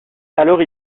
alors